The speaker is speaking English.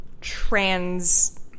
trans